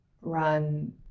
run